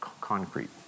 concrete